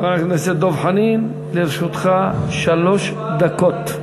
חבר הכנסת דב חנין, לרשותך שלוש דקות.